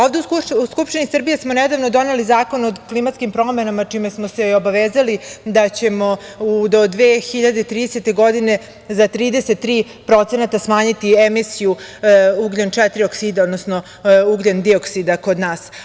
Ovde u Skupštini Srbije smo nedavno doneli Zakon o klimatskim promenama, čime smo se obavezali da ćemo do 2030. godine za 33% smanjiti emisiju ugljen četiri oksida, odnosno ugljendioksida kod nas.